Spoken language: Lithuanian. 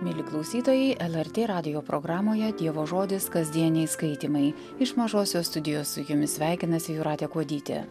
mieli klausytojai lrt radijo programoje dievo žodis kasdieniai skaitymai iš mažosios studijos su jumis sveikinasi jūratė kuodytė